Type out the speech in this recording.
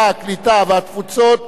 הקליטה והתפוצות,